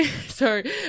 Sorry